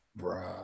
bruh